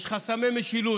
יש חסמי משילות.